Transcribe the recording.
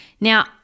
Now